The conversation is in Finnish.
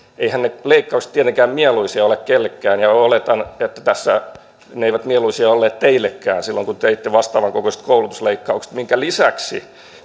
eiväthän ne leikkaukset tietenkään mieluisia ole kellekään ja oletan että ne eivät mieluisia olleet teillekään silloin kun teitte vastaavan kokoiset koulutusleikkaukset minkä lisäksi